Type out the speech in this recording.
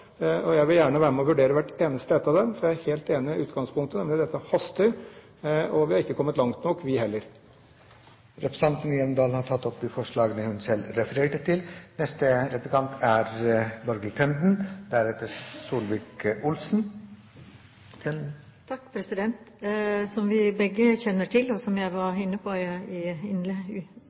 også. Jeg vil gjerne være med og vurdere hvert eneste ett. Så jeg er helt enig i utgangspunktet, nemlig at dette haster, og at vi ikke har kommet langt nok, vi heller. Representanten Line Henriette Hjemdal har tatt opp det forslaget hun refererte til. Som vi begge kjenner til, og som jeg var inne på i